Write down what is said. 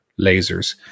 lasers